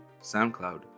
SoundCloud